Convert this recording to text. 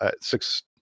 six